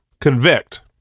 convict